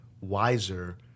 wiser